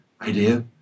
idea